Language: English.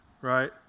right